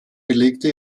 belegte